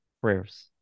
prayers